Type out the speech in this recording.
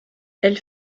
elle